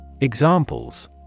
Examples